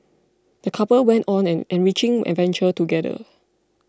the couple went on an enriching adventure together